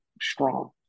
strong